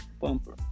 bumper